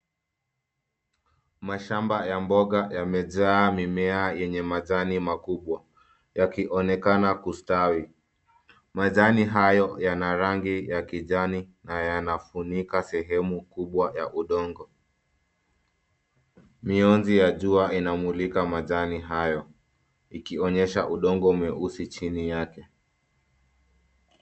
Mashamba ya mboga yamejaa mimea yenye majani makubwa yakionekana kustawi. Majani hayo yana rangi ya kijani na yanafunika sehemu kubwa ya udongo. Miunzi ya jua inamulika majani hayo. Ikionyesha udongo mweusi chini yake.